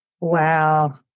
Wow